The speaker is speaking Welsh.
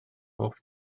hoff